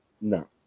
No